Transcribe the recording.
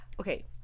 okay